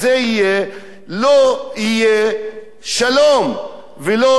לא יהיה שלום ולא תהיה רווחה.